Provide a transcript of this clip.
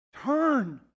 Turn